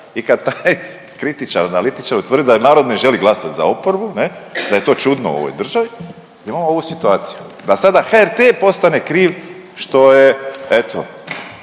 i kad taj kritičar, analitičar utvrdi da narod ne želi glasati za oporbu, ne, da je to čudno u ovoj državi, imamo ovu situaciju. Da sada HRT postane kriv što je, eto,